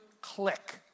Click